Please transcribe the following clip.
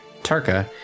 Tarka